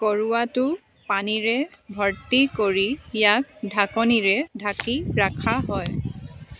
কৰোৱাটো পানীৰে ভৰ্তি কৰি ইয়াক ঢাকনীৰে ঢাকি ৰাখা হয়